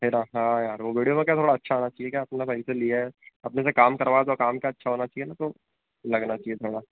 फिर हाँ यार वो विडियो में क्या थोड़ा अच्छा आना चाहिए क्या अपना वहीं से लिया है अपने से काम करवाओ तो काम क्या अच्छा होना चाहिए ना तो लगना चाहिए थोड़ा